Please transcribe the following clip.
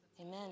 Amen